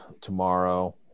tomorrow